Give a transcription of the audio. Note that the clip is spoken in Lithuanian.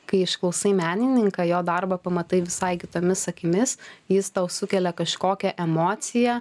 kai išklausai menininką jo darbą pamatai visai kitomis akimis jis tau sukelia kažkokią emociją